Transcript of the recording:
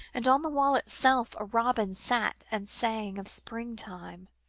and on the wall itself, a robin sat and sang, of spring-time,